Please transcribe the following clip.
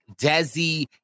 desi